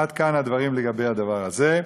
עד כאן הדברים לגבי הדבר הזה.